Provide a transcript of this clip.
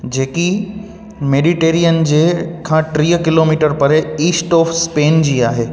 जेकी मेडिटेरियन जे मां टीह किलोमीटर परे इस्ट ऑफ्स स्पेन जी आहे